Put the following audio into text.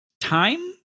time